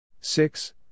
six